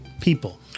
people